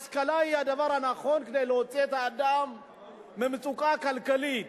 השכלה היא הדבר הנכון כדי להוציא את האדם ממצוקה כלכלית,